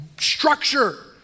structure